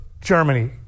Germany